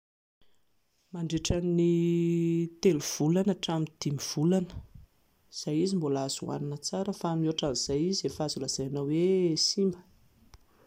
Mandritry ny telo volana hatramin'ny dimy volana, izay izy mbola azo hohanina tsara fa mihoatran'izay izy efa azo lazaina hoe simba